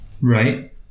Right